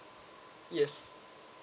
yes